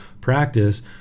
practice